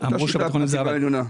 בחטיבה העליונה.